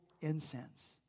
incense